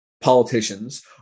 politicians